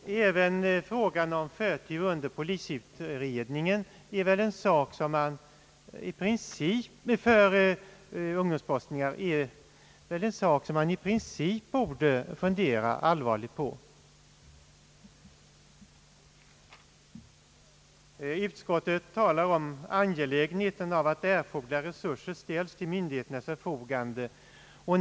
Även frågan om förtur för ungdomsbrottslingar vid polisutredningar är en sak som man bör allvarligt fundera på. Utskottet framhåller angelägenheten av att erforderliga resurser ställs till myndigheternas förfogande.